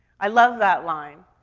i love that line.